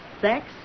sex